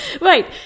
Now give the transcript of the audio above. right